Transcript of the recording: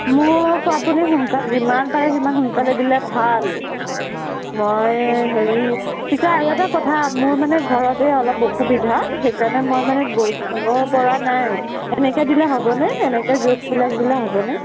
মোক আপুনি সোনকালে যিমান পাৰে সোনকালে দিলে ভাল মই হেৰি পিছে আৰু এটা কথা মোৰ মানে ঘৰত এই অলপ অসুবিধা সেই কাৰণে মই মানে গৈ যাব পৰা নাই এনেকৈ দিলে হ'বনে এনেকৈ জোখবিলাক দিলে হ'বনে